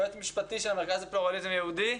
יועץ משפטי של המרכז לפלורליזם יהודי,